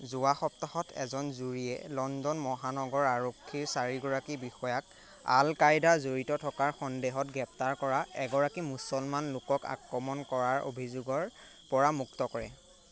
যোৱা সপ্তাহত এজন জুৰীয়ে লণ্ডন মহানগৰ আৰক্ষীৰ চাৰিগৰাকী বিষয়াক আল কায়দা জড়িত থকাৰ সন্দেহত গ্ৰেপ্তাৰ কৰা এগৰাকী মুছলমান লোকক আক্ৰমণ কৰাৰ অভিযোগৰ পৰা মুক্ত কৰে